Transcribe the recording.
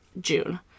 June